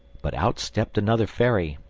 but out stepped another fairy,